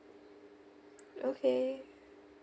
okay